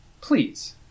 Please